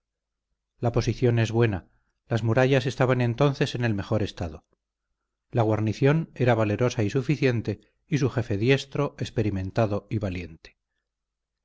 la posición es buena las murallas estaban entonces en el mejor estado la guarnición era valerosa y suficiente y su jefe diestro experimentado y valiente